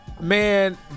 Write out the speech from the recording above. man